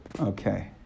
Okay